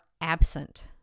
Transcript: absent